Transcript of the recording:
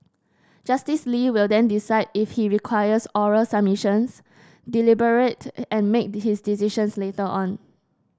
Justice Lee will then decide if he requires oral submissions deliberate and make his decision later on